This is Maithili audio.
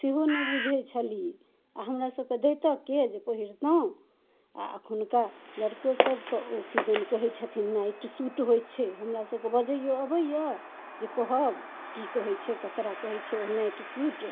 सेहो नहि बुझै छलियै आओर हमरा सबके दैतोके जे पहिरितहुुँ आओर एखुनका लड़को सबके ओ किदन कहै छथिन नाइट सूट होइ छै हमरा सबके बजैयो अबैये जे कहब की कहै छै ककरा कहै छै ओ नाइट सूट